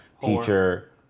teacher